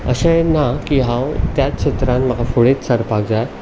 अशेंय ना की हांव त्याच क्षेत्रांत म्हाका फुडें सरपाक जाय